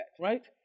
right